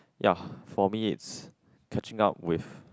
ya for me it's catching out with